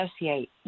associate